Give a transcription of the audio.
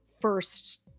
first